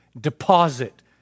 deposit